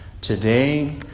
Today